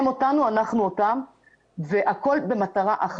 הם אותנו, אנחנו אותם והכול במטרה אחת.